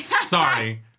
Sorry